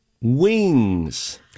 Wings